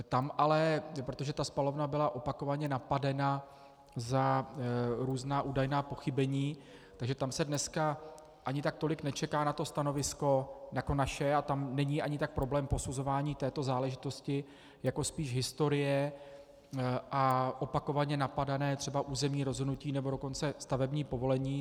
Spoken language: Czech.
Tam se ale, protože ta spalovna byla opakovaně napadena za různá údajná pochybení, dneska ani tak tolik nečeká na stanovisko naše, tam není ani tak problém posuzování této záležitosti, jako spíš historie a opakovaně napadané třeba územní rozhodnutí, nebo dokonce stavební povolení.